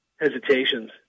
hesitations